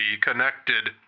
connected